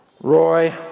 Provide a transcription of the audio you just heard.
Roy